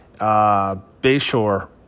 Bayshore